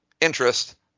interest